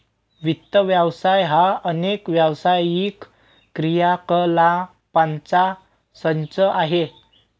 वित्त व्यवसाय हा अनेक व्यावसायिक क्रियाकलापांचा संच आहे